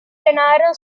denaro